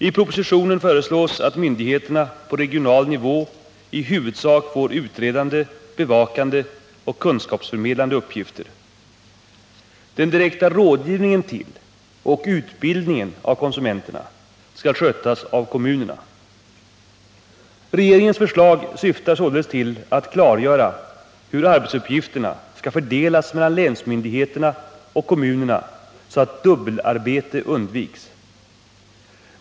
I propositionen föreslås att myndigheterna på regional nivå i huvudsak får utredande, bevakande och kunskapsförmedlande uppgifter. Den direkta rådgivningen till och utbildningen av konsumenterna skall skötas av kommunerna. Regeringens förslag syftar således till att klargöra hur arbetsuppgifterna skall fördelas mellan länsmyndigheterna och kommunerna så att dubbelarbete undviks.